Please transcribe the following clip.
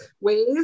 ways